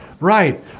right